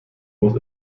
muss